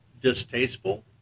distasteful